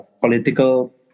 political